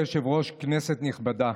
כנסת נכבדה,